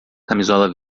camisola